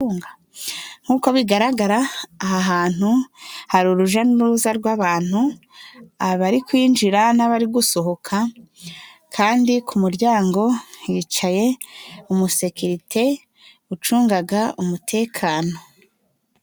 Nkuko bigaragara, aha hantu hari urujya n'uruza rw'abantu, abari kwinjira n'abari gusohoka, kandi ku muryango hicaye umusekirite ucunga umutekano.